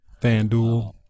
FanDuel